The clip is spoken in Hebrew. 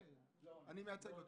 אני לא עונה.